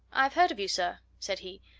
i've heard of you, sir, said he.